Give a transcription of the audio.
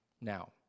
now